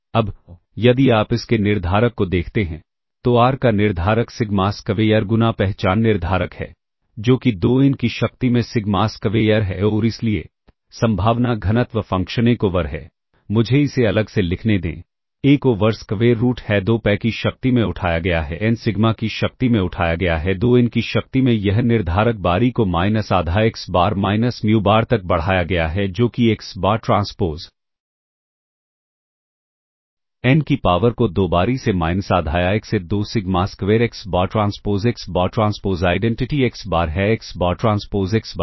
अब यदि आप इस के निर्धारक को देखते हैं तो r का निर्धारक सिग्मा स्क्वेयर गुना पहचान निर्धारक है जो कि 2 n की शक्ति में सिग्मा स्क्वेयर है और इसलिए संभावना घनत्व फ़ंक्शन 1 ओवर है मुझे इसे अलग से लिखने दें 1 ओवर स्क्वेर रूट है 2 pi की शक्ति में उठाया गया है n सिग्मा की शक्ति में उठाया गया है 2 n की शक्ति में यह निर्धारक बार e को माइनस आधा x bar minus mu bar तक बढ़ाया गया है जो कि एक्स बार ट्रांसपोज़ n की पावर को 2 बार e से माइनस आधा या 1 से 2 sigma square x bar transpose x bar transpose identity x bar है एक्स बार ट्रांसपोज़ एक्स बार